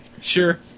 Sure